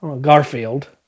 Garfield